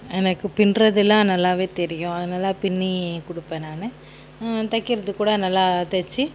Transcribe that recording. எனக்கு பின்னுறதுல்லாம் நல்லாவே தெரியும் அதனால பின்னி கொடுப்பேன் நான் தைக்கிறது கூட நல்லா தச்சு